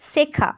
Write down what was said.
শেখা